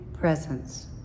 presence